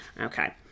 Okay